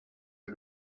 are